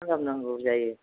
खालाम नांगौ जायो